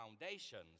foundations